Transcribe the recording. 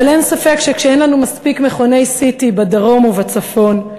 אבל אין ספק שכשאין לנו מספיק מכוני CT בדרום ובצפון,